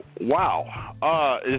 Wow